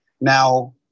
Now